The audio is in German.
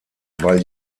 weil